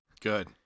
good